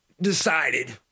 decided